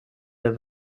der